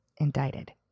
indicted